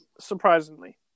Surprisingly